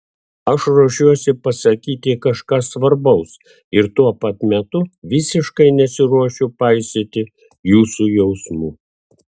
aš ruošiuosi pasakyti kažką svarbaus ir tuo pat metu visiškai nesiruošiu paisyti jūsų jausmų